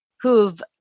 who've